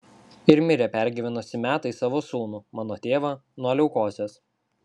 ir mirė pergyvenusi metais savo sūnų mano tėvą nuo leukozės